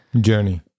journey